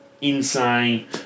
Insane